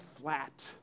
flat